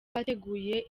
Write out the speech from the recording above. bateguye